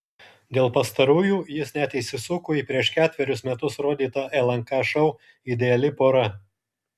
dėl pastarųjų jis net įsisuko į prieš ketverius metus rodytą lnk šou ideali pora